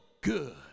good